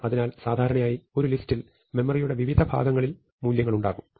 അതിനാൽ സാധാരണയായി ഒരു ലിസ്റ്റിൽ മെമ്മറിയുടെ വിവിധ ഭാഗങ്ങളിൽ മൂല്യങ്ങൾ ഉണ്ടാകും